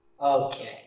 Okay